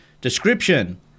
Description